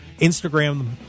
Instagram